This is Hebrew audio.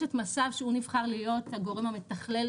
יש את מס"ב שהוא נבחר להיות הגורם המתכלל